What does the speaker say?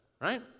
right